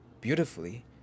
beautifully